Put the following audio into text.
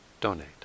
donate